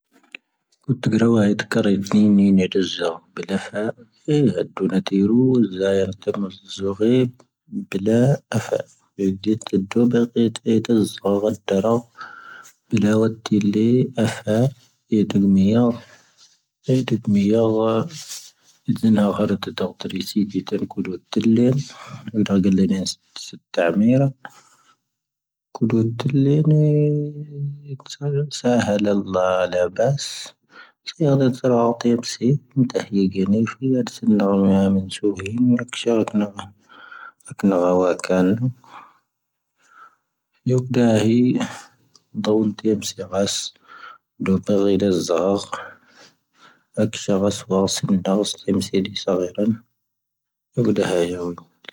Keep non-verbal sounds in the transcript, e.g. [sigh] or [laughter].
ⴽⵓⵜ ⵔⴰⵡⴰⵏⵉ ⵏⵉⵎⵎⴰⵜⵉⵏ ⵣⴰⵀⵔⵓⴽ ⵀⴰⴷⴷⵉⵏⴰ ⴽⵉⵔⵓ ⵣⴰⵢⴰⴽⵉⵏ ⵎⴰⵏⵉ ⵣⵉⵀⵔⵓ ⴱⵉⵍⴰ ⴰⴼⴰ ⴱⵉⵍⴰ ⵡⴰⵜⵜⵉⵏⴻ ⴰⴼⴰ ⵡⵉⵢⴻⵜⵜⵉⵏⴰⵏ ⵡⴰⵔ ⴽⵓⴷⵡⴰⵜⵉⵍ ⵍⴻⵔⴰ ⵎⴰⵏⵙⵓⵇⵓⵍ ⴰⵇ ⵙⵀⴰⵔⴰⵜ ⴰⵇⵏⴰ ⵀⴰ ⵡⴰⵇⴰⵏ [noise]